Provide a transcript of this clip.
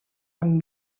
amb